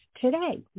today